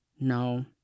No